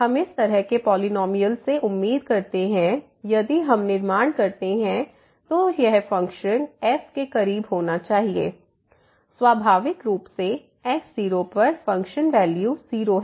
हम इस तरह के पॉलिनॉमियल से उम्मीद करते हैं यदि हम निर्माण करते हैं तो यह फ़ंक्शन f के करीब होना चाहिए स्वाभाविक रूप से x0 पर फंक्शन वैल्यू 0 है